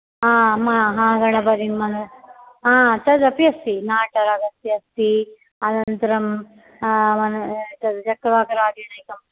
हा महागणपतिं मनसा हा तदपि अस्ति नाटरागस्य अस्ति अनन्तरम् चक्रवाकरागेण एकं